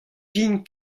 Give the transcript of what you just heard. din